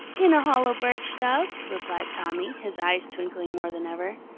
in a hollow birch-stub, replied tommy, his eyes twinkling more than ever.